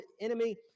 enemy